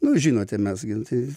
nu žinote mes gi nu tai